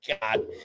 God